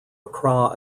accra